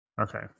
Okay